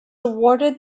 awarded